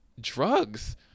drugs